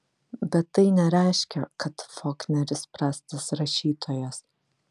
bet tai nereiškia kad faulkneris prastas rašytojas